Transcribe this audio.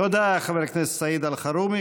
תודה, חבר הכנסת סעיד אלחרומי.